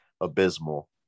abysmal